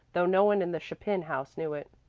though no one in the chapin house knew it.